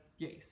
Yes